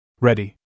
Ready